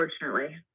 unfortunately